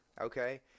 okay